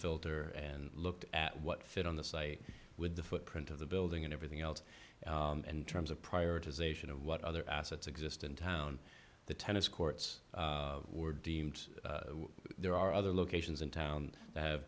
filter and look at what fit on the site with the footprint of the building and everything else in terms of prioritization of what other assets exist in town the tennis courts were deemed there are other locations in town tha